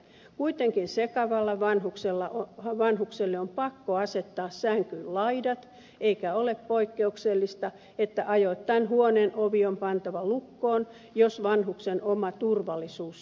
kuitenkin sekavalle vanhukselle on pakko asettaa sänkyyn laidat eikä ole poikkeuksellista että ajoittain huoneen ovi on pantava lukkoon jos vanhuksen oma turvallisuus sitä vaatii